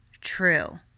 true